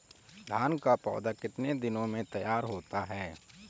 धान का पौधा कितने दिनों में तैयार होता है?